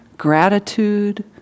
Gratitude